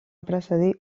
precedir